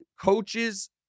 coaches